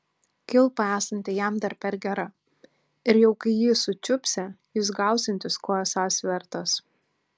kilpa esanti jam dar per gera ir jau kai jį sučiupsią jis gausiantis ko esąs vertas